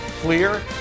clear